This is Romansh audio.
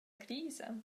crisa